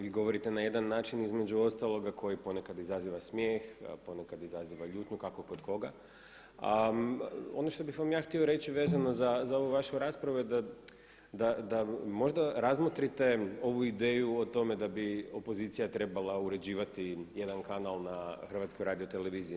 Vi govorite na jedan način između ostaloga koji ponekad izaziva smijeh, ponekad izaziva ljutnju kako kod koga, a ono što bih vam ja htio reći vezano za ovu vašu raspravu je da možda razmotrite ovu ideju o tome da bi opozicija trebala uređivati jedan kanal na HRT-u.